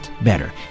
better